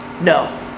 No